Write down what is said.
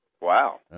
Wow